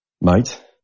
mate